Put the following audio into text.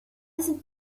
sind